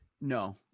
No